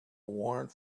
warrant